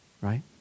Right